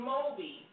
Moby